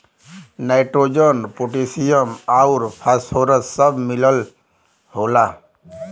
nitrogen potassium आउर phosphorus सब मिलल होला